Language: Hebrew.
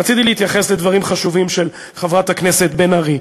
רציתי להתייחס לדברים החשובים של חברת הכנסת בן ארי.